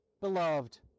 Beloved